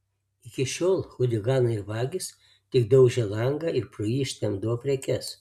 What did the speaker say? iki šiol chuliganai ir vagys tik daužė langą ir pro jį ištempdavo prekes